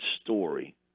story